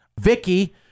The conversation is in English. Vicky